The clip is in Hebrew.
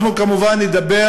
אנחנו כמובן נדבר